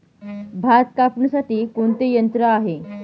भात कापणीसाठी कोणते यंत्र आहे?